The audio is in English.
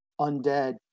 undead